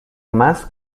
más